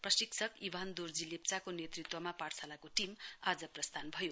प्रशिक्षक इभान दोर्जी लेप्चाको नेतृत्वमा पाठशालाको टीम आज प्रस्थान भयो